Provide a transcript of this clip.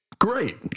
Great